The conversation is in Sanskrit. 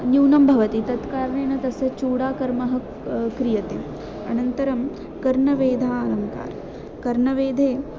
न्यूनं भवति तत्कारणेन तस्य चूडाकर्मः क्रियते अनन्तरं कर्णवेधः अलङ्कार कर्णवेधे